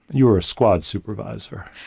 you're a squad supervisor.